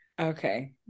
okay